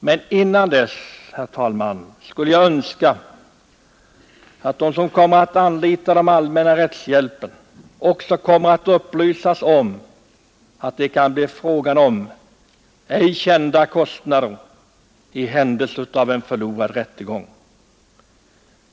Men innan detta är genomfört, herr talman, skulle jag önska att de som kommer att anlita den allmänna rättshjälpen också blir upplysta om att det kan bli fråga om ej kända kostnader i händelse av en förlorad rättegång.